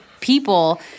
people